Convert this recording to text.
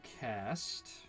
cast